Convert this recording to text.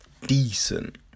decent